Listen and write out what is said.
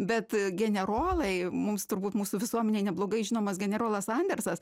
bet generolai mums turbūt mūsų visuomenėj neblogai žinomas generolas sandersas